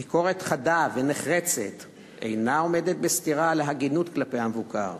ביקורת חדה ונחרצת אינה עומדת בסתירה להגינות כלפי המבוקר